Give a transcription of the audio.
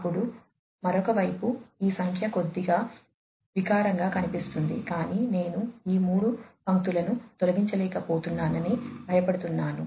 అప్పుడు మరొక వైపు ఈ సంఖ్య కొద్దిగా వికారం గా కనిపిస్తుంది కాని నేను ఈ 3 పంక్తులను తొలగించలేకపోతున్నానని భయపడుతున్నాను